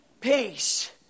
peace